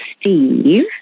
Steve